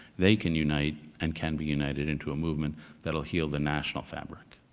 they can unite and can be united into a movement that will heal the national fabric.